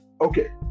okay